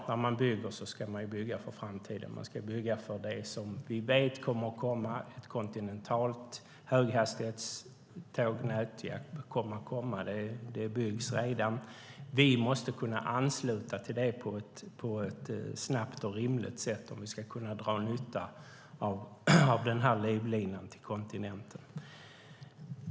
När man bygger ska man självklart bygga för framtiden. Man ska bygga för det som vi vet kommer att komma: ett kontinentalt höghastighetståg. Det byggs redan. Vi måste kunna ansluta till det på ett snabbt och rimligt sätt om vi ska kunna dra nytta av den här livlinan till kontinenten.